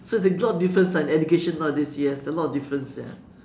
so they got a lot of difference on education nowadays yes a lot of difference ya